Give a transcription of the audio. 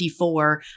54